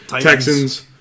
Texans